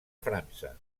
frança